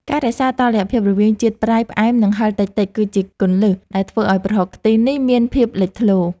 ការរក្សាតុល្យភាពរវាងជាតិប្រៃ ផ្អែម និងហឹរតិចៗគឺជាគន្លឹះដែលធ្វើឱ្យប្រហុកខ្ទិះនេះមានភាពលេចធ្លោ។